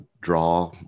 draw